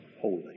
holy